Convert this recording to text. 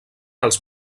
els